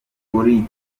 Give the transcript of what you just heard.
kuri